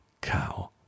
cow